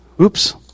Oops